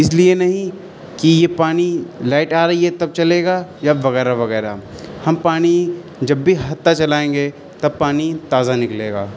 اس لیے نہیں کہ یہ پانی لائٹ آ رہی ہے تب چلے گا یا وغیرہ وغیرہ ہم پانی جب بھی ہتا چلائیں گے تب پانی تازہ نکلے گا